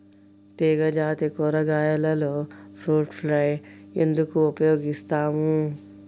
తీగజాతి కూరగాయలలో fruit fly ఎందుకు ఉపయోగిస్తాము?